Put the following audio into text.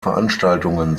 veranstaltungen